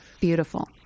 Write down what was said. Beautiful